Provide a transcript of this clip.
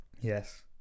Yes